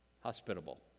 hospitable